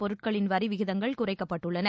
பொருட்களின் வரிவிகிதங்கள் குறைக்கப்பட்டுள்ளன